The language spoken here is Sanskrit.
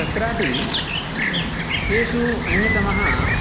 तत्रापि तेषु अन्यतमः